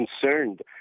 concerned